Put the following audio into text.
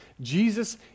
Jesus